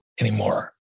anymore